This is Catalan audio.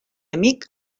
amic